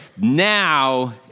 now